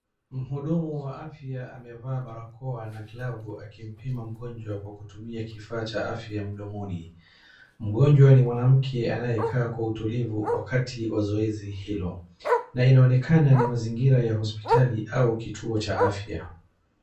Mhudumu wa afya amevaa barakoa na glavu akimpima mgonjwa kwa tumia kifaa cha afya mdomoni. Mgonjwa ni mwanamke anayekaa kwa utulivu wakati wa zoezi hilo .Nainaonekana ni mazingira ya hospitali au kituo cha afya.